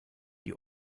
die